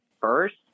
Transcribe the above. first